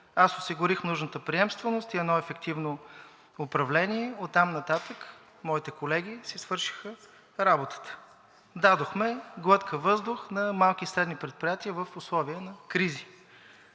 Аз осигурих нужната приемственост и едно ефективно управление, оттам нататък моите колеги си свършиха работата. Дадохме глътка въздух на малки и средни предприятия в условие на кризи.